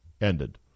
ended